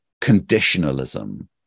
conditionalism